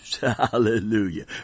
Hallelujah